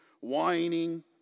whining